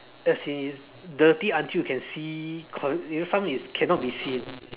as in it dirty until you can see co~ you know some is can not be seen